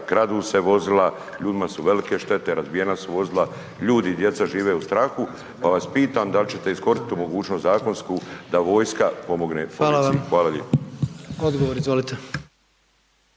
Kradu se vozila, ljudima su velike štete razbijena su vozila, ljudi i djeca žive u strahu, pa vas pitam da li ćete iskoristiti tu mogućnost zakonsku da vojska pomogne policiji. Hvala lijepo.